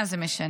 מה זה משנה.